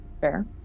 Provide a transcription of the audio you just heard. Fair